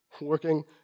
working